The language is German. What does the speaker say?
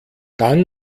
dann